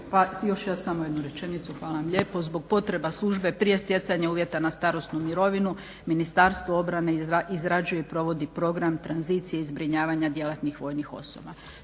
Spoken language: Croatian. još samo jednu rečenicu, hvala vam lijepo. Zbog potreba služba prije stjecanja uvjeta na starosnu mirovinu Ministarstvo obrane izrađuje i provodi program tranzicije i zbrinjavanja djelatnih vojnih osoba.